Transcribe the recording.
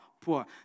poor